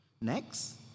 Next